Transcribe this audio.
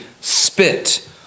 spit